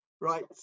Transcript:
right